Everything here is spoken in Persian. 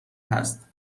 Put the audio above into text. هست